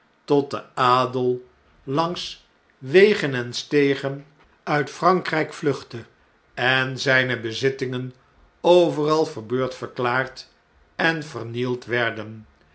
tot de adel langs wegen en stegen uitfrankrgk vluchtte en zjjne bezittingen overal verbeurdverklaard en vernield werden